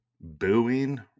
booing